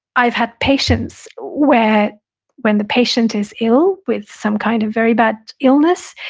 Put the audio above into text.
i've had patients where when the patient is ill with some kind of very bad illness,